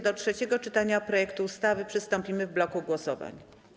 Do trzeciego czytania projektu ustawy przystąpimy w bloku głosowań.